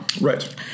Right